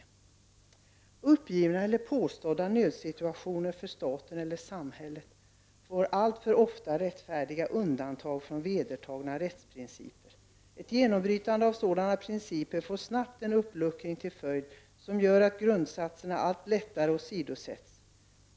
I sitt remissvar skrev Sveriges Advokatsamfund: ”Uppgivna eller påstådda nödsituationer för staten eller samhället får alltför ofta rättfärdiga undantag från vedertagna rättsprinciper. Ett genombrytande av sådana principer får snabbt en uppluckring till följd, som gör att grundsatserna allt lättare åsidosätts.